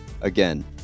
Again